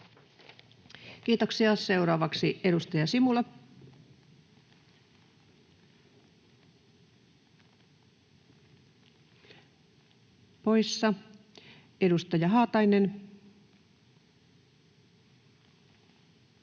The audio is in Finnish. Kiitoksia. — Seuraavaksi edustaja Simula, poissa. — Edustaja Haatainen.